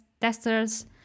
testers